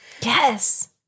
Yes